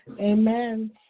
Amen